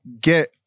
get